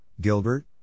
Gilbert